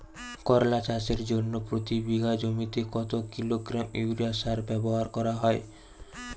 করলা চাষের জন্য প্রতি বিঘা জমিতে কত কিলোগ্রাম ইউরিয়া সার ব্যবহার করা হয়?